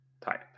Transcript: type